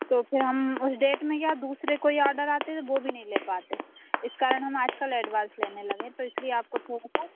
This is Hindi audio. तो फिर हम उस डेट में क्या दूसरे कोई आडर आते हैं वो भी नहीं ले पाते इस कारण हम आजकल एडवांस लेने लगे तो इसलिये आपको फोन किया